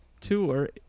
tour